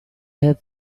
have